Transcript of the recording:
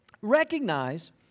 Recognize